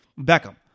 Beckham